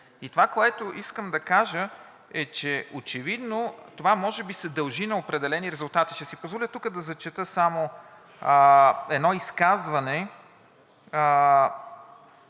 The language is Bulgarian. И това, което искам да кажа, е, че очевидно това може би се дължи на определени резултати. Ще си позволя тук да зачета едно изказване